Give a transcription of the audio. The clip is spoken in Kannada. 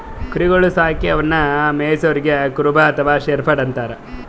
ಕುರಿಗೊಳ್ ಸಾಕಿ ಅವನ್ನಾ ಮೆಯ್ಸವರಿಗ್ ಕುರುಬ ಅಥವಾ ಶೆಫರ್ಡ್ ಅಂತಾರ್